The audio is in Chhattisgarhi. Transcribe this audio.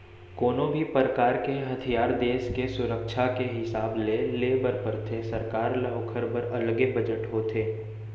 कोनो भी परकार के हथियार देस के सुरक्छा के हिसाब ले ले बर परथे सरकार ल ओखर बर अलगे बजट होथे